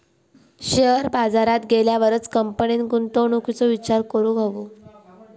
share बाजारात गेल्यावरच कंपनीन गुंतवणुकीचो विचार करूक हवो